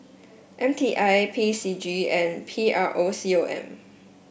M T I P C G and P R O C O M